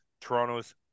Toronto's